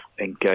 engage